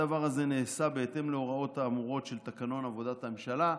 הדבר הזה נעשה בהתאם להוראות האמורות של תקנון עבודת הממשלה.